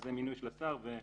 זה מינוי של השר וכל